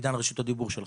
עידן, רשות הדיבור שלך.